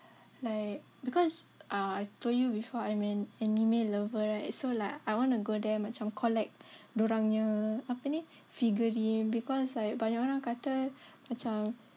like because uh I told you before I'm an anime lover right so like I want to go there macam collect diorang nya apa ni figurine because like banyak orang kata macam